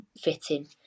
fitting